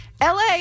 LA